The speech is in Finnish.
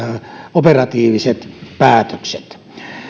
operatiiviset päätökset